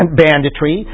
banditry